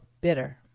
bitter